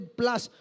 plus